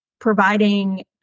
providing